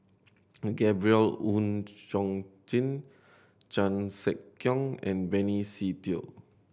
Gabriel Oon Chong Jin Chan Sek Keong and Benny Se Teo